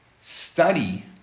study